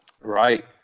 Right